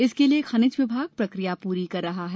इसके लिये खनिज विभाग प्रक्रिया पूरी कर रहा है